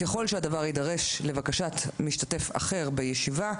ככל שהדבר יידרש לבקשת משתתף אחר בישיבה,